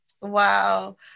Wow